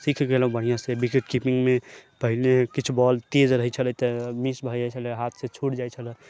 सीख गेलहुॅं बढ़ियाॅं से विकेट कीपिंगमे पहिने किछु बॉल तेज रहै छलै तऽ मिस भऽ जाइ छलै हाथ से छूटि जाइ छलै